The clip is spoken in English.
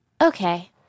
Okay